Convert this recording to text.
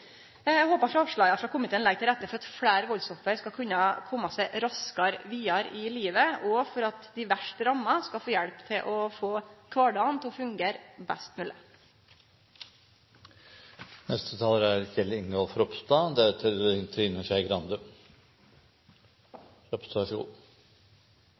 Eg håper forslaga frå komiteen legg til rette for at fleire valdsoffer skal kunne kome seg raskare vidare i livet, og for at dei verst ramma skal få hjelp til å få kvardagen til å fungere best mogleg. Det er